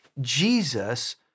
Jesus